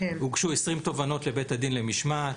הוגשו 20 תובענות לבית הדין למשמעת.